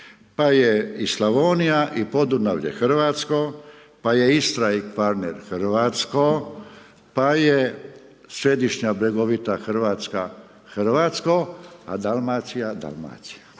Pa je i Slavonija i Podunavlje hrvatsko, pa je Istra i Kvarner hrvatske, pa je središnja bregovita Hrvatska hrvatsko, a Dalmacija – Dalmacija,